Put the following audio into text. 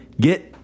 get